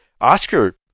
Oscar